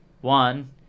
one